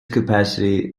capacity